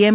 એમ